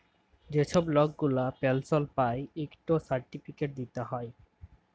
যে ছব লক গুলা পেলশল পায় ইকট সার্টিফিকেট দিতে হ্যয়